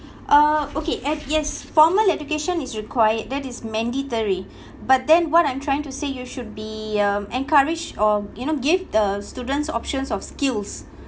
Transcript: uh okay at yes formal education is required that is mandatory but then what I'm trying to say you should be um encouraged or you know give the students options of skills